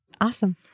awesome